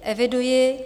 Eviduji.